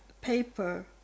paper